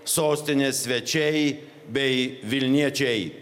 sostinės svečiai bei vilniečiai